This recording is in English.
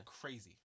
Crazy